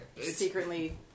Secretly